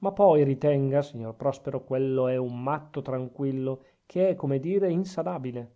ma poi ritenga signor prospero quello è un matto tranquillo che è come dire insanabile